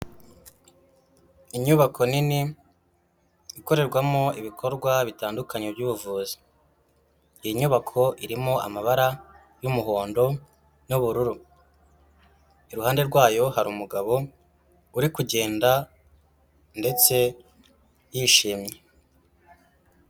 Inyubako nini ikorerwamo ibikorwa bitandukanye by'ubuvuzi, iyi nyubako irimo amabara y'umuhondo n'ubururu, iruhande rwayo hari umugabo uri kugenda ndetse yishimye.